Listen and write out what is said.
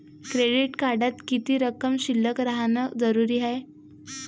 Credit कार्डात किती रक्कम शिल्लक राहानं जरुरी हाय?